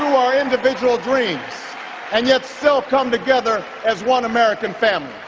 our individual dreams and yet still come together as one american family.